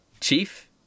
Chief